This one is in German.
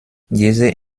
diese